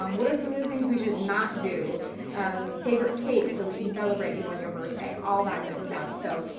um what are some of the things we should not do favorite cake so we can celebrate you on your birthday, all that good stuff, so.